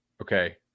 Okay